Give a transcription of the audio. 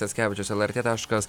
jackevičius lrt taškas